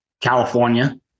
California